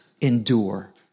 Endure